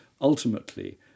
ultimately